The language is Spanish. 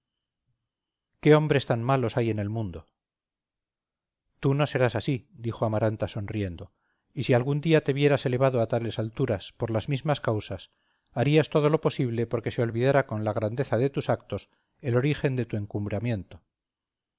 qué hombres tan malos hay en el mundo tú no serás así dijo amaranta sonriendo y si algún día te vieras elevado a tales alturas por las mismas causas harías todo lo posible porque se olvidara con la grandeza de tus actos el origen de tu encumbramiento